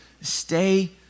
stay